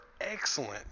excellent